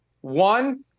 One